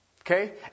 Okay